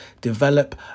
develop